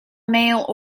male